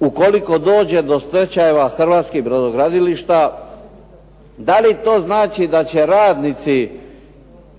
ukoliko dođe do stečajeva hrvatskih brodogradilišta, da li to znači da će radnici